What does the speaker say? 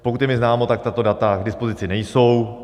Pokud je mi známo, tak tato data k dispozici nejsou.